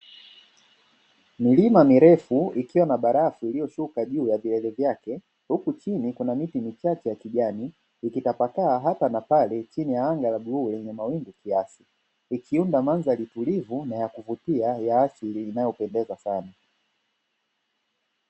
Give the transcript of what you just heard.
Milima mirefu ikiwa na barafu iliyoshuka juu ya vilele vyake huku chini kuna miti michache ya kijani imetapakaa hapa na pale chini ya anga la bluu lenye mawingu kiasi, ikiunda mandhari tulivu na yakuvutia ya asili inayo pendeza sana